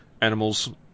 animals